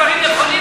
ישר לפרוטוקול,